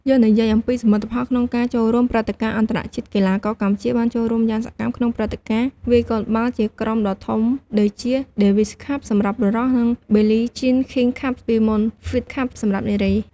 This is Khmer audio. យើងនិយាយអំពីសមិទ្ធផលក្នុងការចូលរួមព្រឹត្តិការណ៍អន្តរជាតិ កីឡាករកម្ពុជាបានចូលរួមយ៉ាងសកម្មក្នុងព្រឹត្តិការណ៍វាយកូនបាល់ជាក្រុមដ៏ធំដូចជា Davis Cup សម្រាប់បុរស និង Billie Jean King Cup ពីមុន Fed Cup សម្រាប់នារី។